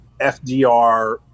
FDR